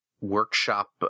workshop